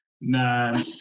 No